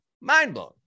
mind-blowing